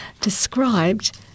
described